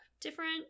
different